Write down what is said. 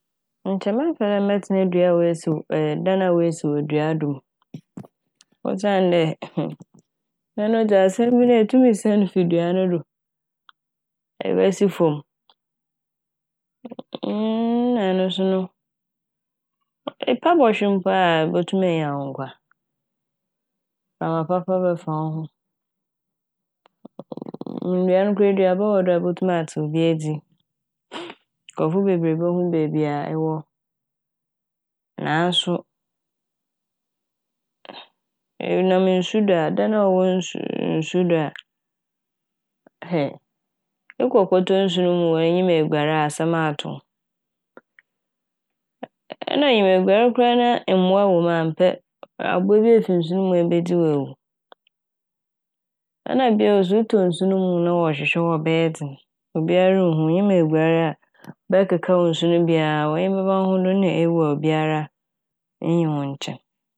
Nkyɛ mɛpɛ dɛ mɛtsena dua a oesi -dan a oesi wɔ dua do osiandɛ Ɔno dze asɛm bi yi a etum sian fi dua no do ebesi famu Na ɔno so dze epa bɔhwe mpo a ebotum enya nkwa, mframa papa bɛfa wo ho, ndua no koraa nduaba wɔ do a ibotum atsew bi edzi. Nkorɔfo bebree bohu beebi a ewɔ naaso erenam nsu do a, dan a ɔwɔ ns- nsu do a ekɔ kɔtɔ nsu no mu hɔ na innyim eguar a asɛm ato wo. Nna inyim eguar koraa na abowa wɔ mu a mpɛ abowa bi efi nsu no mu ebedzi wo ewu. Nna bio so etɔ nsu no mu na wɔhwewɛ wo a ɔbɛyɛ dzen, obiara runnhu wo, nnyim eguar a bɛkekaaw nsu no bi a w'enyi bɛba wo ho do no na ewu a obiara nnyi wo nkyɛn.